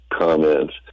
comments